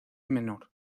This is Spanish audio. menor